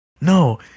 no